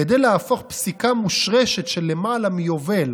כדי להפוך פסיקה מושרשת של למעלה מיובל